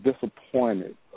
disappointed